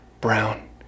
brown